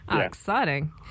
exciting